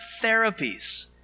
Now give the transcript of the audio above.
therapies